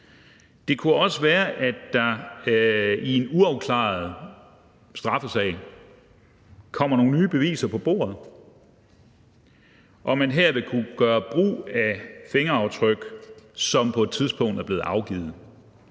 Det kunne også være, at der i en uopklaret straffesag kom nogle nye beviser på bordet, og at man her ville kunne gøre brug af fingeraftryk, som på et tidspunkt var blevet afgivet.